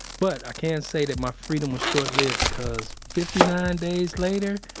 but i can say that my freedom was short-lived because fifty nine days later,